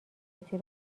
قوطی